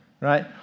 right